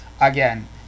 again